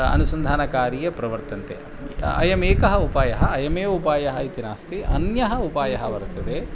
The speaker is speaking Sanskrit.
अनुसन्धानकार्ये प्रवर्तन्ते अयमेकः उपायः अयमेव उपायः इति नास्ति अन्यः उपायः वर्तते